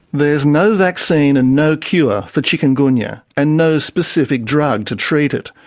there's no vaccine and no cure for chikungunya, and no specific drug to treat it.